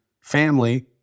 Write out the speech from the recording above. family